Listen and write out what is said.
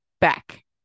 back